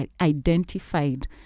identified